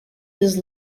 this